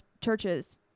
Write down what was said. churches